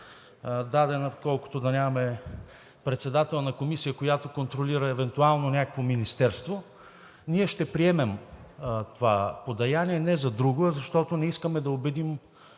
дадена колкото да нямаме председател на комисия, която контролира евентуално някакво министерство. Ние ще приемем това подаяние не за друго, а защото не искаме да обидим